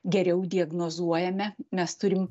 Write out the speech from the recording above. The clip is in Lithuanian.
geriau diagnozuojame mes turim